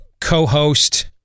co-host